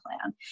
plan